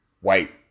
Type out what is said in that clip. white